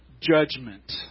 judgment